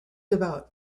about